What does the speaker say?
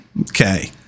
Okay